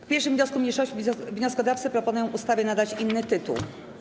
W 1. wniosku mniejszości wnioskodawcy proponują ustawie nadać inny tytuł.